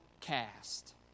cast